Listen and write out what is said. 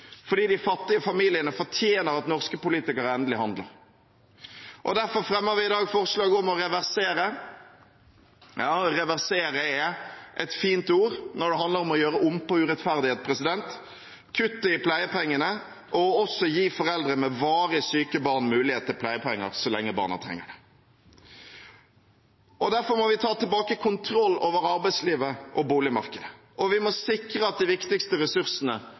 fordi de fattige familiene fortjener at norske politikere endelig handler. Og derfor fremmer vi i dag forslag om å reversere – ja «reversere» er et fint ord når det handler om å gjøre om på urettferdighet – kuttet i pleiepengene og å gi også foreldre med varig syke barn mulighet til pleiepenger så lenge barna trenger det. Derfor må vi ta tilbake kontroll over arbeidslivet og boligmarkedet. Vi må sikre at de viktigste ressursene